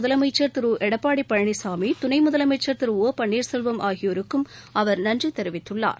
முதலமைச்சர் திரு எடப்பாடி பழனிசாமி துணை முதலமைச்சர் திரு ஒபன்னீர்செல்வம் ஆகியோருக்கும் அவர் நன்றி தெரிவித்துள்ளார்